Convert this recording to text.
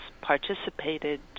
participated